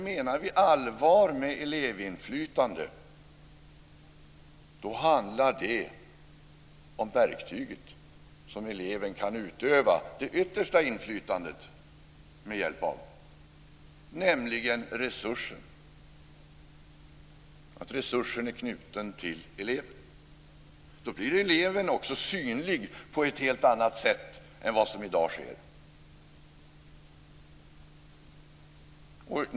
Menar vi allvar med elevinflytande handlar det om det verktyg med hjälp av vilket elever kan utöva det yttersta inflytandet, nämligen att resursen är knuten till eleven. Då blir eleven också synlig på ett helt annat sätt än i dag.